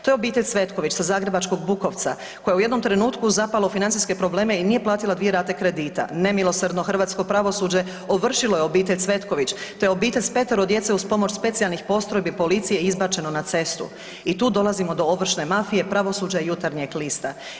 To je obitelj Cvetković sa zagrebačkog Bukovca koja je u jednom trenutku zapala u financijske probleme i nije platila dvije rate kredita, nemilosrdno hrvatsko pravosuđe ovršilo je obitelj Cvetković, te obitelj s 5-ero djece uz pomoć specijalnih postrojbi policije izbačeno na cestu i tu dolazimo do ovršne mafije, pravosuđa i Jutarnjeg lista.